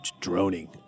droning